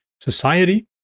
society